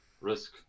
risk